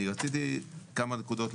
אני רוצה לציין כמה נקודות.